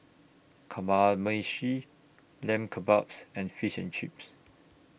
Kamameshi Lamb Kebabs and Fish and Chips